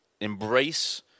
embrace